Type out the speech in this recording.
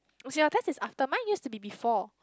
your test is after mine used to be before